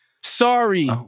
Sorry